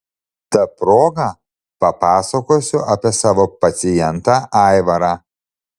ta proga papasakosiu apie savo pacientą aivarą